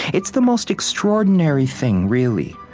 it's the most extraordinary thing, really.